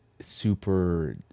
super